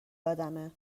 یادمه